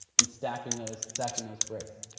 and stacking those stacking those bricks.